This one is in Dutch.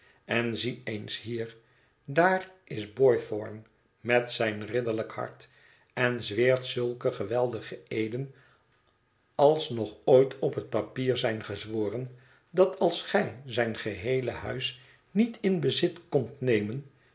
en zie eens hier daar is boythorn met zijn ridderlijk hart en zweert zulke geweldige eeden als nog ooit op het papier zijn gezworen dat als gij zijn geheele huis niet in bezit komt nemen